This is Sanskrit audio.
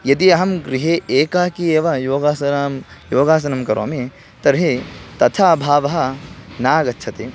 यदि अहं गृहे एकाकी एव योगासनं योगासनं करोमि तर्हि तथा भावः नागच्छति